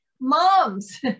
moms